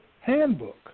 handbook